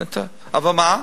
אבל מה?